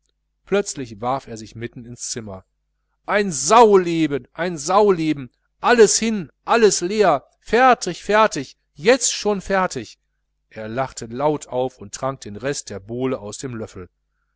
plötzlich warf er sich mitten ins zimmer ein sauleben ein sauleben alles hin alles leer fertig fertig jetzt schon fertig er lachte laut auf und trank den rest der bowle aus dem löffel